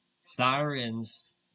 Sirens